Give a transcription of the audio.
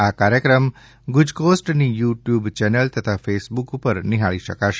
આ કાર્યક્રમ ગુજકોસ્ટની યુ ટ્યૂબ ચેનલ તથા ફેસબુક ઉપર નિહાળી શકાશે